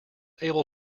able